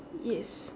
yes